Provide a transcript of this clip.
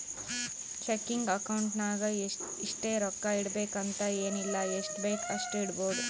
checking account ನಾಗ್ ಇಷ್ಟೇ ರೊಕ್ಕಾ ಇಡಬೇಕು ಅಂತ ಎನ್ ಇಲ್ಲ ಎಷ್ಟಬೇಕ್ ಅಷ್ಟು ಇಡ್ಬೋದ್